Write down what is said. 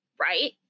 right